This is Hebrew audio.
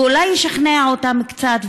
ואולי אשכנע אותם קצת,